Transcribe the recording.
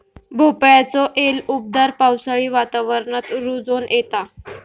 भोपळ्याचो येल उबदार पावसाळी वातावरणात रुजोन येता